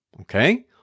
Okay